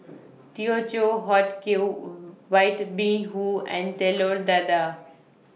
Teochew Huat Kueh White Bee Hoon and Telur Dadah